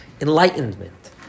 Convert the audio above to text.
enlightenment